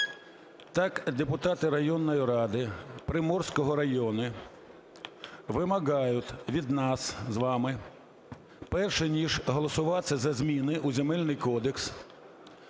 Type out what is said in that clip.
Так депутати районної ради Приморського району вимагають від нас з вами перш ніж голосувати за зміни у Земельний кодекс,